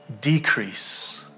decrease